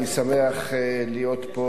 אני שמח להיות פה